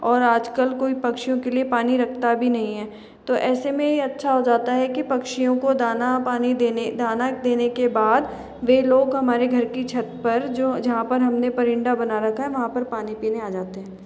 और आज कल कोई पक्षिओं के लिए पानी रखता भी नहीं है तो ऐसे में यह अच्छा हो जाता है कि पक्षियों को दाना पानी देने दाना देने के बाद वे लोग हमारी घर की छत पर जो जहाँ पर हमने परिंदा बना रखा है वहाँ पर पानी पीने आ जाते हैं